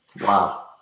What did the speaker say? Wow